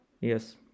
yes